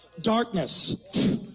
Darkness